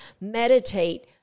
Meditate